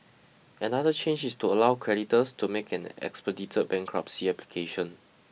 another change is to allow creditors to make an expedited bankruptcy application